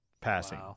passing